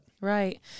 Right